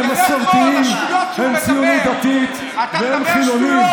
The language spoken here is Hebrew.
הם מסורתיים, הם ציונות דתית והם חילונים.